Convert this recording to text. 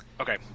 Okay